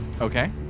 Okay